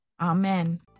amen